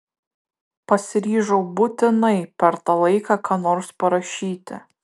pasiryžau būtinai per tą laiką ką nors parašyti